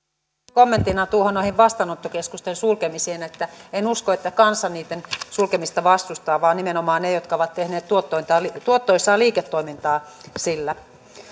kommenttina noihin vastaanottokeskusten sulkemisiin että en usko että kansa niitten sulkemista vastustaa vaan nimenomaan ne jotka ovat tehneet niillä tuottoisaa liiketoimintaa